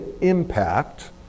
impact